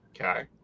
Okay